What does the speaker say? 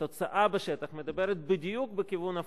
התוצאה בשטח מדברת בדיוק בכיוון הפוך.